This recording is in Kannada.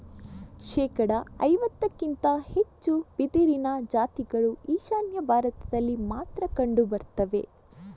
ಶೇಕಡಾ ಐವತ್ತಕ್ಕಿಂತ ಹೆಚ್ಚು ಬಿದಿರಿನ ಜಾತಿಗಳು ಈಶಾನ್ಯ ಭಾರತದಲ್ಲಿ ಮಾತ್ರ ಕಂಡು ಬರ್ತವೆ